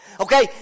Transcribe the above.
Okay